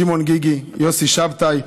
שמעון גיגי ויוסי שבתאי,